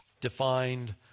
defined